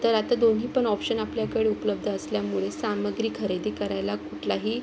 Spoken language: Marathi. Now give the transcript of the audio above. तर आता दोन्ही पण ऑप्शन आपल्याकडे उपलब्ध असल्यामुळे सामग्री खरेदी करायला कुठलाही